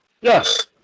Yes